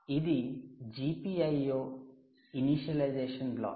ఇది GPIO initialization black